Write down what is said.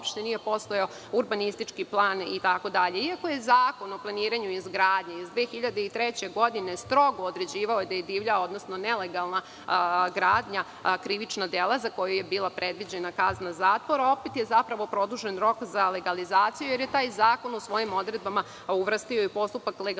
uopšte nije postojao urbanistički plan. Iako je Zakon o planiranju i izgradnji iz 2003. godine strogo određivao da je divlja odnosno nelegalna gradnja krivično delo za koje je bila predviđena kazna zatvora, opet je zapravo produžen rok za legalizaciju jer je taj zakon u svojim odredbama uvrstio i postupak legalizovanja